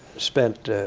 spent